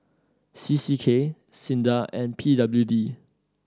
C C K SINDA and P W D